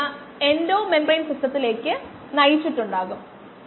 1ln xx0t 10